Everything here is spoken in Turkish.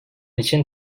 için